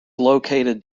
located